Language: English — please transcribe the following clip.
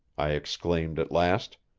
i exclaimed at last.